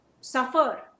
suffer